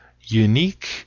unique